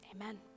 Amen